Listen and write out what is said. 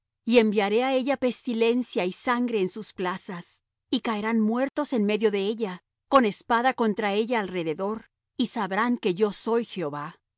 y enviaré á ella pestilencia y sangre en sus plazas y caerán muertos en medio de ella con espada contra ella alrededor y sabrán que yo soy jehová